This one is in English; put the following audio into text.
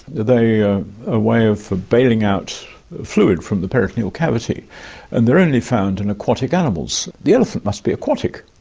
they are a way of bailing out fluid from the peritoneal cavity and they're only found in aquatic animals. the elephant must be aquatic.